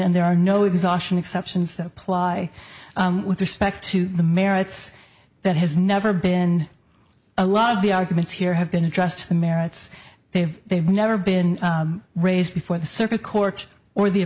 and there are no exhaustion exceptions that apply with respect to the merits that has never been a lot of the arguments here have been addressed the merits they've they've never been raised before the circuit court or the